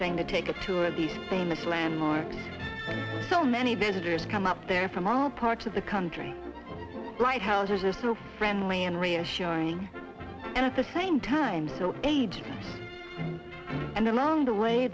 thing to take a tour of these famous landmarks so many visitors come up there from all parts of the country right houses are so friendly and reassuring and at the same time so age and along the way